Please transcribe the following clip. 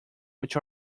which